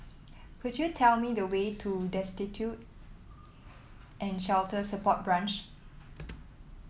could you tell me the way to Destitute and Shelter Support Branch